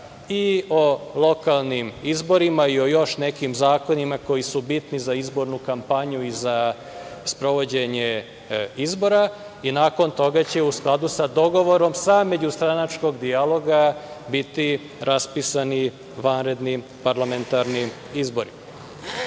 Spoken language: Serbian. i o lokalnim izborima i o još nekim zakonima koji su bitni za izbornu kampanju i za sprovođenje izbora. Nakon toga će, u skladu sa dogovorom sa međustranačkog dijaloga, biti raspisani vanredni parlamentarni izbori. Rekao